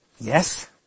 yes